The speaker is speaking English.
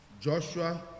Joshua